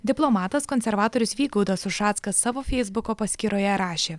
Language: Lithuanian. diplomatas konservatorius vygaudas ušackas savo feisbuko paskyroje rašė